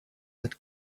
that